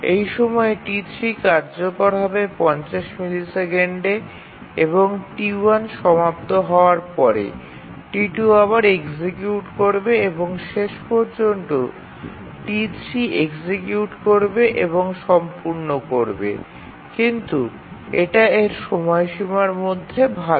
এই সময়ের মধ্যে T3 কার্যকর হবে ৫০ মিলিসেকেন্ড এবং T1 সমাপ্ত হওয়ার পরে T2 আবার এক্সিকিউট করবে এবং শেষ পর্যন্ত T3 এক্সিকিউট করবে এবং সম্পূর্ণ করবে কিন্তু এটা এর সময়সীমার মধ্যে ভাল